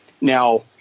Now